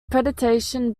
predation